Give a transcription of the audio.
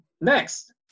Next